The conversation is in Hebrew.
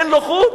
אין לו חוץ.